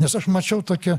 nes aš mačiau tokią